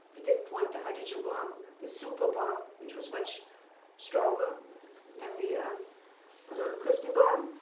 he didn't want the hydrogen bomb the super bomb, which was much stronger than the little christy bomb.